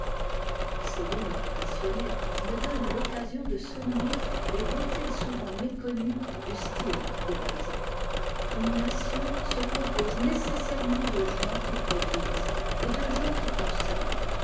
ces lignes passionnées me donnent l'occasion de souligner les beautés souvent méconnues du style de balzac une nation se compose nécessairement de gens qui produisent et de gens qui consomment